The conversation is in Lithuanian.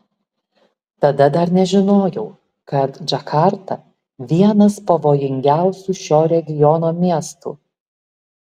tada dar nežinojau kad džakarta vienas pavojingiausių šio regiono miestų